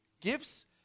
Gifts